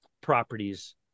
properties